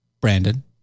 Brandon